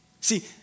See